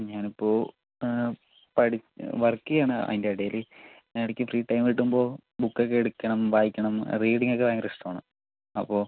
ഞാനിപ്പോൾ പഠി വർക്ക് ചെയ്യുവാണ് അതിൻ്റെടേല് ഇടക്ക് ഫ്രീ ടൈം കിട്ടുമ്പോൾ ബുക്കൊക്കെ എടുക്കണം വായിക്കണം റീഡിങ് ഒക്കെ ഭയങ്കരിഷ്ടമാണ് അപ്പോൾ